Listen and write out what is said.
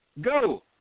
Go